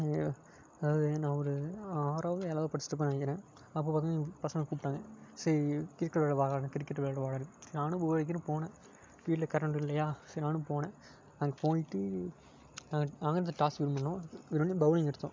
அங்கே அதாவது நான் ஒரு ஆறாவதோ ஏழாவதோ படிச்சிவிட்டு இருப்பேன்னு நினைக்குறேன் அப்போ பார்த்திங்கனா பசங்க கூப்பிடாங்க சரி கிரிக்கெட் விளையாட வாடன்னு கிரிக்கெட் விளையாட வாடான்னு நானும் போர் அடிக்கிதுன்னு போனேன் வீட்டில் கரண்ட்டு இல்லையா சரி நானும் போனேன் அங்கே போயிவிட்டு நாங்க நாங்கள் தான் டாஸ் வின் பண்ணோம் பௌலிங் எடுத்தோம்